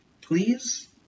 please